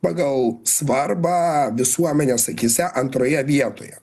pagal svarbą visuomenės akyse antroje vietoje